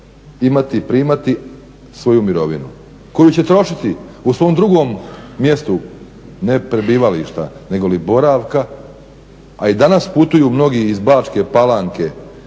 imati, primati svoju mirovinu koju će trošiti u svom drugom mjestu, ne prebivališta, nego li boravka, a i danas putuju mnogi iz Bačke palanke